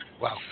Wow